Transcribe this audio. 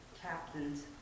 captains